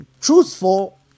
truthful